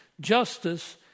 justice